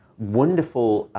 wonderful,